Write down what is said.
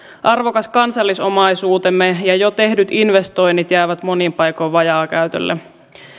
arvokas kansallis omaisuutemme ja jo tehdyt investoinnit jäävät monin paikoin vajaakäytölle